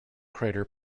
crater